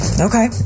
Okay